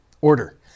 order